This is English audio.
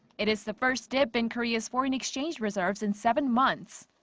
it is the first dip in korea's foreign exchange reserves in seven months.